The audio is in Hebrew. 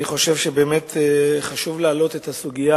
אני חושב שחשוב להעלות את הסוגיה